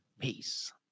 Peace